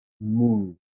move